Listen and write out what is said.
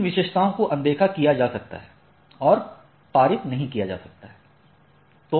इन विशेषताओं को अनदेखा किया जा सकता है और पारित नहीं किया जा सकता है